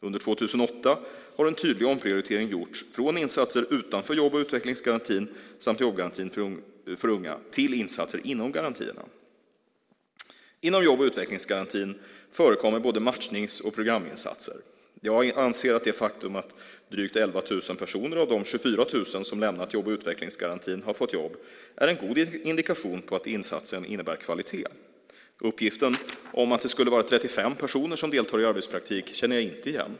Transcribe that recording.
Under år 2008 har en tydlig omprioritering gjorts från insatser utanför jobb och utvecklingsgarantin samt jobbgarantin för unga till insatser inom garantierna. Inom jobb och utvecklingsgarantin förekommer både matchnings och programinsatser. Jag anser att det faktum att drygt 11 000 personer av de 24 000 som lämnat jobb och utvecklingsgarantin har fått jobb är en god indikation på att insatsen innebär kvalitet. Uppgiften om att det skulle vara 35 personer som deltar i arbetspraktik känner jag inte igen.